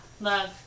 Love